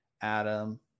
Adam